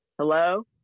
Hello